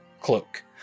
Cloak